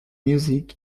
music